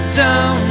down